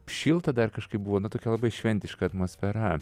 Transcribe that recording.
šilta dar kažkaip buvo na tokia labai šventiška atmosfera